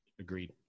Agreed